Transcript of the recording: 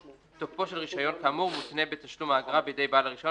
תוקפו של רישיון כאמור מותנה בתשלום האגרה בידי בעל הרישיון